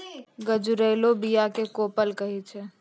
गजुरलो बीया क कोपल कहै छै